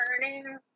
Turning